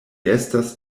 estas